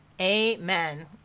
Amen